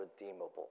redeemable